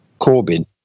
Corbyn